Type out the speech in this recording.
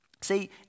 See